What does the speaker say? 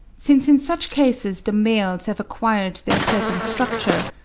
since in such cases the males have acquired their present structure,